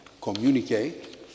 communicate